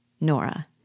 Nora